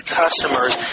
customers